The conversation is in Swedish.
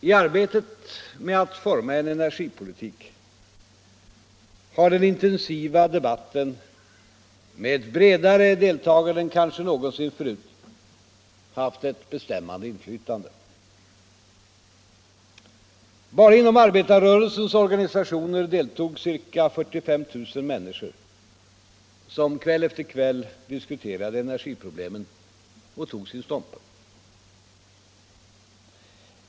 I arbetet med att forma en energipolitik har den intensiva debatten med ett bredare deltagande än kanske någonsin förut haft ett bestämmande inflytande. Bara inom arbetarrörelsens organisationer deltog ca 45 000 människor, som kväll efter kväll diskuterade energiproblemen och tog sin ståndpunkt.